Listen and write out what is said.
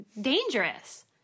dangerous